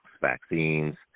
vaccines